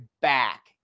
back